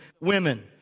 women